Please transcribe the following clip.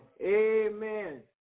Amen